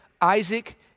Isaac